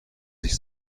sich